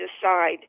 decide